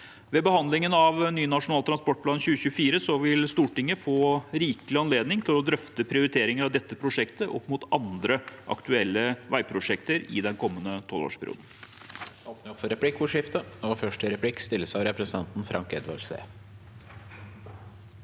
Ved behandlingen av ny nasjonal transportplan i 2024 vil Stortinget få rikelig anledning til å drøfte prioriteringer av dette prosjektet opp mot andre aktuelle veiprosjekter i den kommende tolvårsperioden.